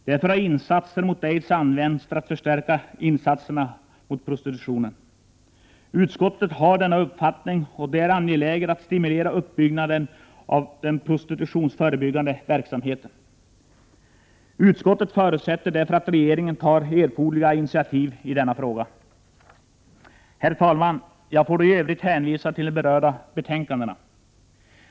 Därför har insatser mot aids använts för att förstärka insatserna mot prostitution. Utskottet har den uppfattningen att det är angeläget att stimulera uppbyggnaden av den prostitutionsförebyggande verksamheten. Utskottet förutsätter därför att regeringen tar erforderliga initiativ i denna fråga. Herr talman! Jag får i övrigt hänvisa till de berörda betänkandena.